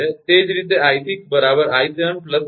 તે જ રીતે 𝐼6 𝑖7 𝑖8